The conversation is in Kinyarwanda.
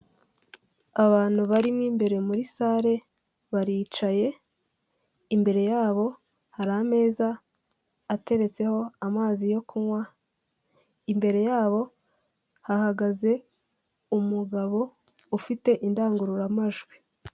Abantu barimo imbere muri sale baricaye imbere y'abo hari ameza ateretseho amazi yo kunywa, imbere y'abo hahagaze umugabo ufite indangururamajwi.